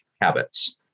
Habits